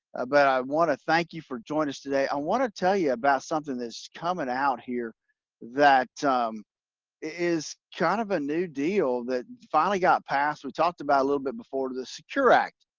i want to thank you for joining us today. i want to tell you about something that's coming out here that um is kind of a new deal that finally got passed we talked about a little bit before the secure act.